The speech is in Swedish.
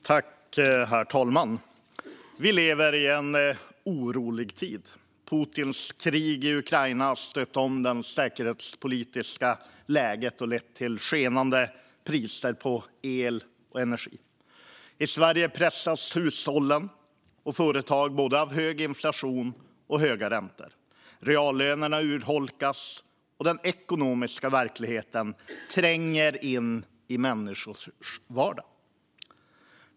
Herr talman! Vi lever i en orolig tid. Putins krig i Ukraina har stöpt om det säkerhetspolitiska läget och lett till skenande priser på el och energi. I Sverige pressas hushållen och företag både av hög inflation och höga räntor. Reallönerna urholkas, och den ekonomiska verkligheten tränger in i människors vardag.